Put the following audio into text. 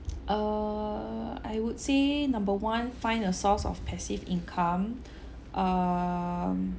err I would say number one find a source of passive income um